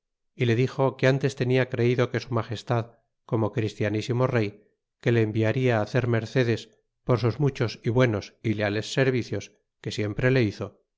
y le dixo que antes tenia creido que su magestad como christianisimo rey que le enviarla hacer mercedes por sus muchos y buenos y leales servicios que siempre le hizo